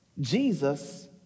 Jesus